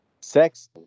sex